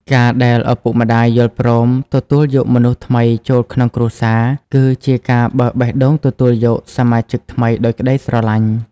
ការដែលឪពុកម្ដាយយល់ព្រមទទួលយកមនុស្សថ្មីចូលក្នុងគ្រួសារ គឺជាការបើកបេះដូងទទួលយកសមាជិកថ្មីដោយក្ដីស្រឡាញ់។